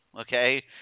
okay